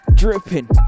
dripping